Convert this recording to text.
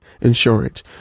insurance